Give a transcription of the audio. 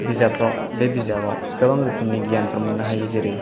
बिजाबफोराव बे बिजाबाव गोबां रोखोमनि गियानफोर मोननो हायो जेरै